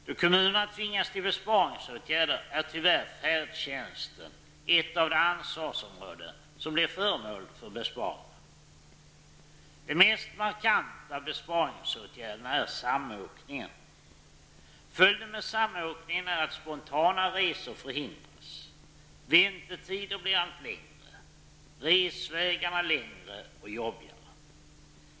Då kommunerna tvingas till besparingsåtgärder är färdtjänsten tyvärr ett av de ansvarsområden som blir föremål för besparingar. Den mest markanta besparingsåtgärden är samåkningen. Följden med samåkningen blir att spontana resor förhindras, väntetiderna blir allt längre, resvägarna längre och jobbigare.